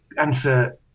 answer